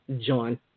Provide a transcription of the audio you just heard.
John